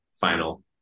final